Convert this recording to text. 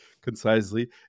concisely